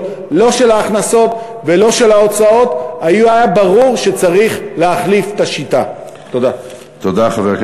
3.5%. תודה רבה.